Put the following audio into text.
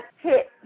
hit